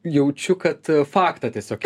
jaučiu kad faktą tiesiog